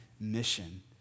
mission